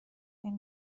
این